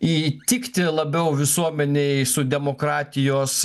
įtikti labiau visuomenei su demokratijos